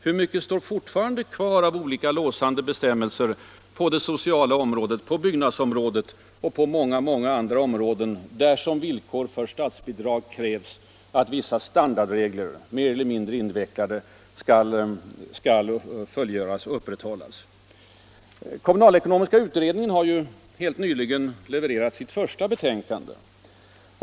Hur mycket står fortfarande kvar av olika låsande bestämmelser på det sociala området, på byggnadsområdet och på många andra områden, där som villkor för statsbidrag krävs att vissa standardregler, mer eller mindre invecklade, skall följas? Kommunalekonomiska utredningen har ju helt nyligen levererat sitt första betänkande.